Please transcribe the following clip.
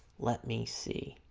let me see